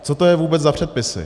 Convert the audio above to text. Co to je vůbec za předpisy?